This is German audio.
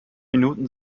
minuten